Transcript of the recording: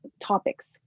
topics